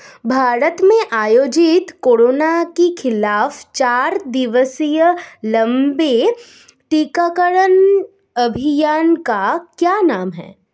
भारत में आयोजित कोरोना के खिलाफ चार दिवसीय लंबे टीकाकरण अभियान का क्या नाम है?